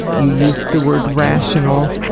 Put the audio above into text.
you used the word rational,